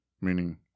meaning